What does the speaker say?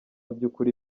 by’ukuri